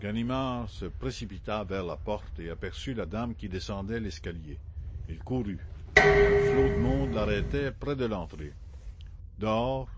ganimard se précipita vers la porte et aperçut la dame qui descendait l'escalier il courut un flot de monde l'arrêta près de l'entrée dehors